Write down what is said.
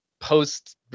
post